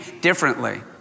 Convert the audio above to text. differently